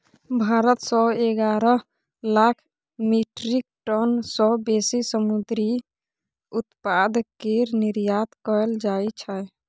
भारत सँ एगारह lakh metric tonne सँ बेसी समुंदरी उत्पाद केर निर्यात कएल जाइ छै